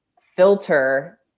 filter